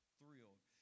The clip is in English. thrilled